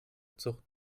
zucht